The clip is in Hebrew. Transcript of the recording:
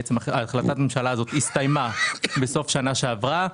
החלטת הממשלה הזאת הסתיימה בסוף השנה שעברה.